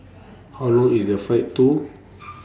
How Long IS The Flight to